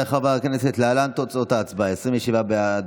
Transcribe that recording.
תוצאות ההצבעה: 27 בעד,